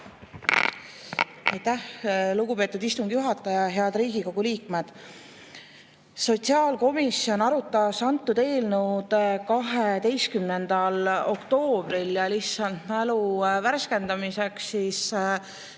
lugupeetud istungi juhataja! Head Riigikogu liikmed! Sotsiaalkomisjon arutas eelnõu 12. oktoobril. Lihtsalt mälu värskendamiseks: